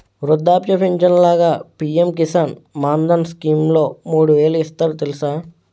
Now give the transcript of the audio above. వృద్ధాప్య పించను లాగా పి.ఎం కిసాన్ మాన్ధన్ స్కీంలో మూడు వేలు ఇస్తారు తెలుసా?